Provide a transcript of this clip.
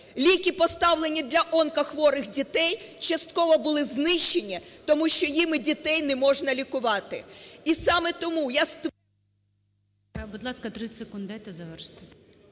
Ліки, поставлені для онкохворих дітей, частково були знищені, тому що ними дітей не можна лікувати.